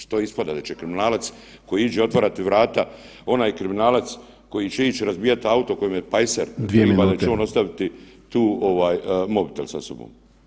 Što ispada da će kriminalac koji iđe otvarati vrata, onaj kriminalac koji će ići razbijati auto, kojem je pajser [[Upadica: Dvije minute.]] pa će on ostaviti tu mobitel sa sobom.